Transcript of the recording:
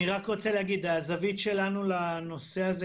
מה הצפי מבחינתכם לסיום הבנייה?